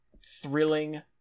thrilling